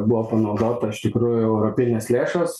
buvo panaudota iš tikrųjų europinės lėšos